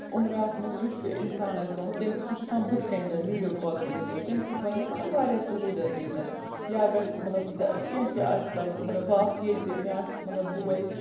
عُمراہَس منٛز یُس تہِ اِنسان آسہِ گوٚمُت تٔمۍ سُہ چھُ آسان بٕتھ کَنۍ زَن ویٖڈیو کالو ذٔریعہ تمہِ سۭتۍ بَنے مطلب واریاہ سہوٗلیت گٔے زَن یا اَگر مطلب کینٛہہ تہِ آسہِ کَرُن مطلب بہٕ آسہٕ ییٚتہِ مےٚ آسہِ مطلب بوے